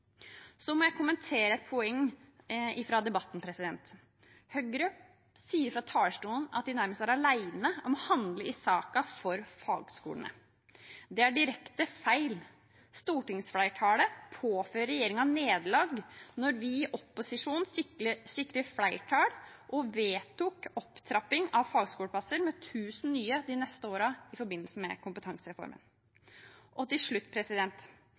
må kommentere et poeng ifra debatten. Høyre sier fra talerstolen at de nærmest var alene om å handle i saken for fagskolene. Det er direkte feil. Stortingsflertallet påførte regjeringen nederlag da vi i opposisjonen sikret flertall og vedtok opptrapping av fagskoleplasser med 1 000 nye de neste årene i forbindelse med Kompetansereformen. Til slutt: